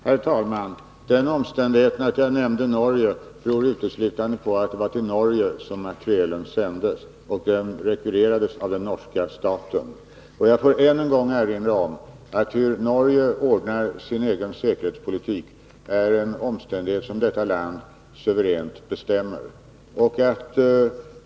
Herr talman! Den omständigheten att jag nämnde Norge berodde helt enkelt på att det var till Norge som materielen sändes. Den rekvirerades av den norska staten. Jag får än en gång erinra om att hur Norge ordnar sin egen säkerhetspolitik är en omständighet som detta land självt suveränt bestämmer.